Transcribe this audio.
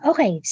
Okay